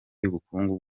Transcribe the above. y’ubukungu